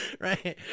Right